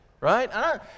right